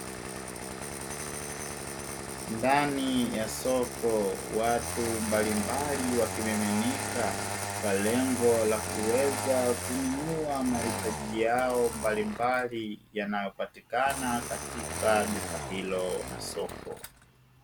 Ndani ya soko watu mbalimbali wakimiminika, kwa lengo la kuweza kununua mahitaji yao mbalimbali yanayopatikana katika duka hilo la soko.